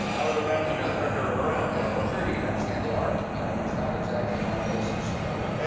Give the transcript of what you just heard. i would imagine you ah turned her around though. as i'm sure you can understand, the art community was not exactly my base of support.